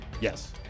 Yes